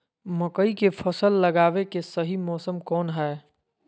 मकई के फसल लगावे के सही मौसम कौन हाय?